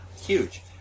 huge